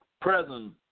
present